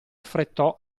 affrettò